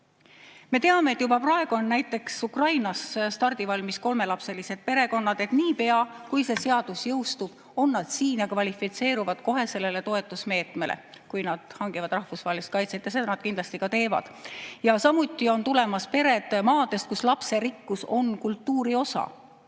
Me teame, et juba praegu on näiteks Ukrainas stardivalmis kolmelapselised perekonnad, et niipea, kui see seadus jõustub, on nad siin ja kvalifitseeruvad kohe sellele toetusmeetmele – kui nad hangivad rahvusvahelise kaitse, aga seda nad kindlasti teevad. Samuti on tulemas pered maadest, kus lapserikkus on kultuuri osa.